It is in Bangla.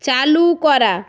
চালু করা